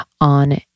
on